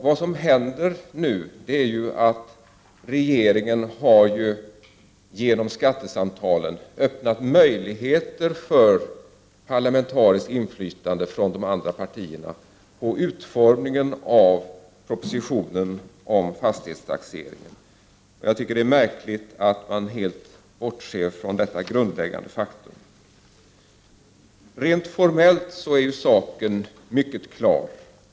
Det som händer nu är att regeringen med hjälp av skattesamtalen har öppnat möjligheter för parlamentariskt inflytande från de andra partierna på utformningen av propositionen om fastighetstaxeringen. Jag tycker att det är märkligt att man helt bortser från detta grundläggande faktum. Rent formellt är saken mycket klar.